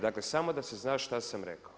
Dakle samo da se zna šta sam rekao.